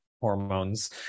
hormones